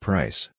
Price